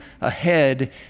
ahead